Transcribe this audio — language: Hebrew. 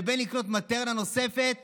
בין לקנות מטרנה נוספת